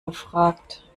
gefragt